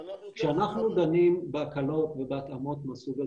כשאנחנו דנים בהקלות ובהתאמות מהסוג הזה